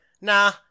nah